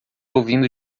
ouvindo